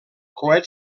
coet